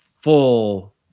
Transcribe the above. full